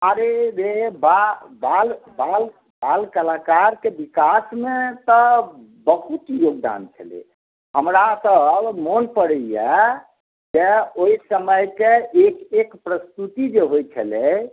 अरे रे बाल बाल कलाकार के विकास मे तऽ बहुत योगदान छलै हमरा तऽ मोन परैया जे ओहि समय के एक एक प्रस्तुति जे होइ छलै